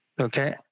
Okay